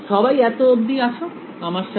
সবাই এত অবধি আছো আমার সাথে